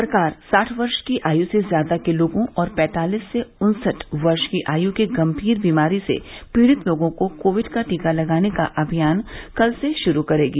सरकार साठ वर्ष की आय़ से ज्यादा के लोगों और पैतालिस से उन्सठ वर्ष की आय़ के गंभीर बीमारी से पीड़ित लोगों को कोविड का टीका लगाने का अभियान कल से शुरू करेगी